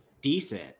decent